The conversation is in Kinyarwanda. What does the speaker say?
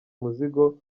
umuzigo